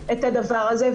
את הדבר הזה.